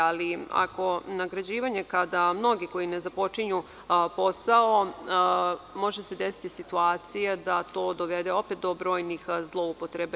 Ali, ako nagrađivanje kada mnogi koji ne započinju posao može se desiti situacija da dođe opet do brojnih zloupotreba.